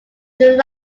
july